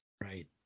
Right